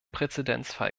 präzedenzfall